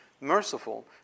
merciful